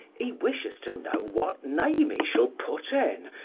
he wishes to know what name he shall put in,